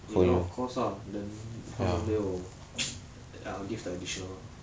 ya of course lah then 他们没有 give the additional